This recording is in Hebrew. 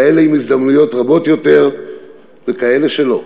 כאלה עם הזדמנויות רבות יותר וכאלה שלא.